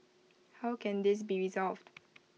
how can this be resolved